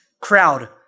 crowd